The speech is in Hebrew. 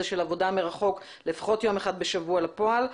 של עבודה מרחוק לפחות יום אחד בשבוע לפועל.